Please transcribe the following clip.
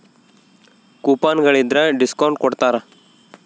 coupon ಗಳಿದ್ರ discount ಕೊಡ್ತಾರ